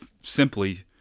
simply